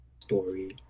story